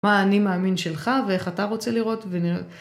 מה האני מאמין שלך ואיך אתה רוצה לראות ונראה.